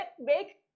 make